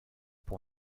pour